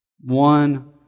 One